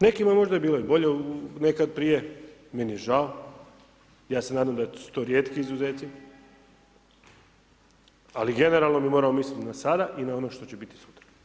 Nekima je možda i bilo bolje nekad prije, meni je žao, ja se nadam da su to rijetki izuzeci, ali generalno bih morao misliti na sada i na ono što će biti sutra.